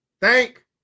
Thank